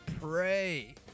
pray